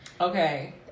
Okay